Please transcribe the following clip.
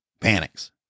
panics